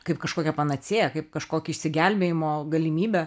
kaip kažkokia panacėja kaip kažkokį išsigelbėjimo galimybę